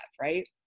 Right